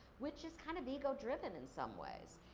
which is kind of ego driven in some ways.